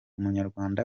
umunyarwanda